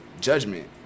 judgment